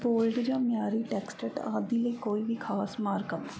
bold ਜਾਂ ਮਿਆਰੀ text ਆਦੀ ਲਈ ਕੋਈ ਵੀ ਖ਼ਾਸ ਮਾਰਕਅੱਪਸ